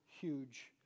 huge